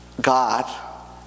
God